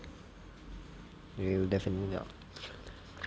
you definitely not